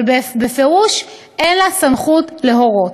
אבל בפירוש אין לה סמכות להורות.